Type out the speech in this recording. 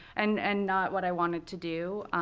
and and not what i wanted to do.